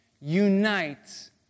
unites